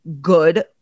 good